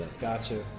Gotcha